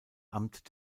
amt